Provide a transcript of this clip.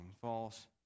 false